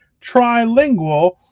trilingual